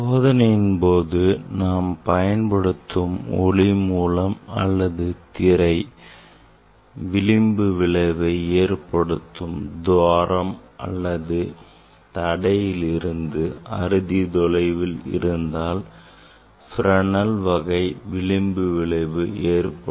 சோதனையின்போது நாம் பயன்படுத்தும் ஒளி மூலம் அல்லது திரை விளிம்பு விளைவை ஏற்படுத்தும் துவாரம் அல்லது தடையிலிருந்து அறுதி தொலைவில் இருந்தால் Fresnel வகை விளிம்பு விளைவு ஏற்படும்